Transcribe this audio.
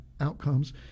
outcomes